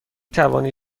توانید